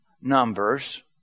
numbers